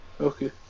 Okay